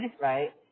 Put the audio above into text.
Right